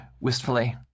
wistfully